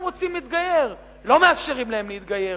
הם רוצים להתגייר, ולא מאפשרים להם להתגייר.